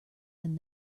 than